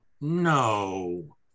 No